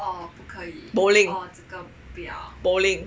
bowling bowling